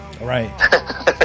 Right